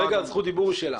כרגע זכות הידבור היא שלה.